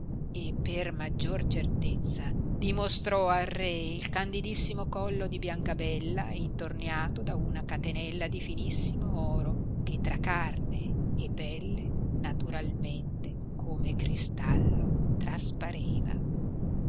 e per maggior certezza dimostrò al re il candidissimo collo di biancabella intorniato da una catenella di finissimo oro che tra carne e pelle naturalmente come cristallo traspareva